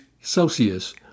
Celsius